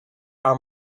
are